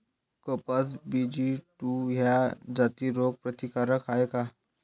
कपास BG two ह्या जाती रोग प्रतिकारक हाये का?